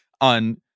on